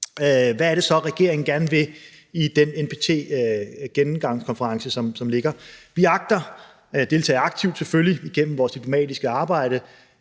Hvad er det så, regeringen gerne vil i den NPT-gennemgangskonference, som ligger? Vi agter selvfølgelig at deltage aktivt igennem vores diplomatiske arbejde.